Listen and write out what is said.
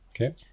Okay